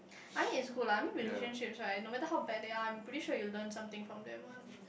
I mean it's good lah I mean relationships right no matter how bad they are I'm pretty sure you learn something from them one